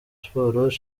sports